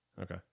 Okay